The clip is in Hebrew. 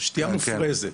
שתייה מופרזת,